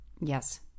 Yes